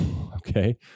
Okay